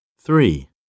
Three